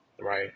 Right